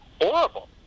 horrible